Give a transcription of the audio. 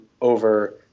over